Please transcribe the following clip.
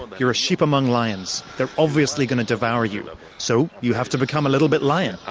you're a sheep among lions. they're obviously going to devour you. so you have to become a little bit lion,